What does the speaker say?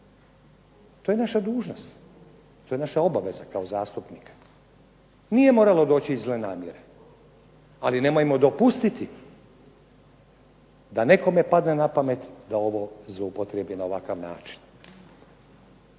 To je naša dužnost, to je naša obaveza kao zastupnika. Nije moralo doći iz zle namjere. Ali nemojmo dopustiti da nekome padne na pamet da ovo zloupotrijebi na ovakav način.